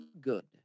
good